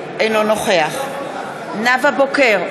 אינו נוכח נאוה בוקר,